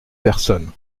personne